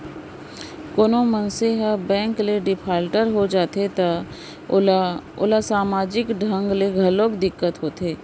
कोनो मनसे ह बेंक ले डिफाल्टर हो जाथे त ओला ओला समाजिक ढंग ले घलोक दिक्कत होथे